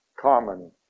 common